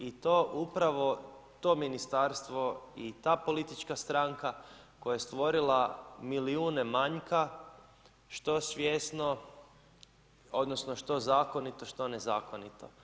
I to upravo to Ministarstvo i ta politička stranka koja je stvorila milijune manjka, što svjesno, odnosno što zakonito, što nezakonito.